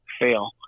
fail